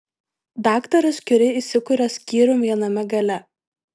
daktaras kiuri įsikuria skyrium viename gale